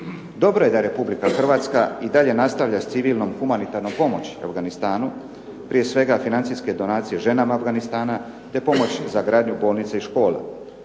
Dobro je da RH i dalje nastavlja s civilnom humanitarnom pomoći Afganistanu. Prije svega financijske donacije ženama Afganistana te pomoć za gradnju bolnice i škole.